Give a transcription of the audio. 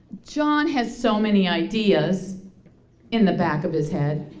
john has so many ideas in the back of his head.